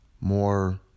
more